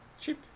Cheap